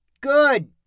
Good